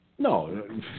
No